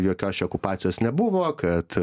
jokios čia okupacijos nebuvo kad